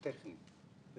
זה